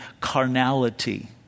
carnality